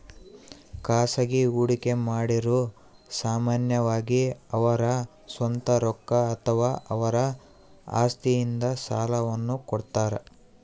ಖಾಸಗಿ ಹೂಡಿಕೆಮಾಡಿರು ಸಾಮಾನ್ಯವಾಗಿ ಅವರ ಸ್ವಂತ ರೊಕ್ಕ ಅಥವಾ ಅವರ ಆಸ್ತಿಯಿಂದ ಸಾಲವನ್ನು ಕೊಡುತ್ತಾರ